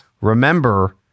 remember